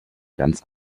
ganz